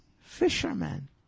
fishermen